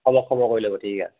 হ'ব খবৰ কৰি ল'ব ঠিক আছে